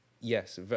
Yes